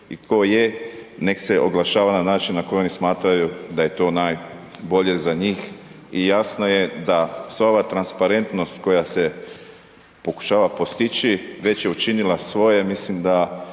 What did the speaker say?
i tko je nek se oglašava na način na koji oni smatraju da je to najbolje za njih i jasno je da sva ova transparentnost koja se pokušava postići već je učinila svoje,